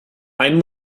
einen